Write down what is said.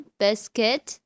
biscuit